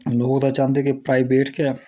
लोक तां चाह्दें न कि जे प्राईवेट गै